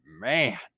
man